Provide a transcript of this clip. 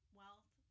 wealth